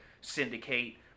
syndicate